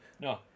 No